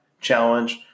challenge